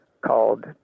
called